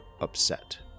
upset